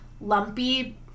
lumpy